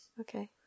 Okay